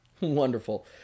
Wonderful